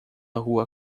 rua